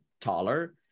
taller